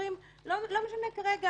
שקשורים לא משנה כרגע,